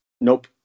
Nope